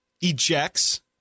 ejects